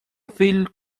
filho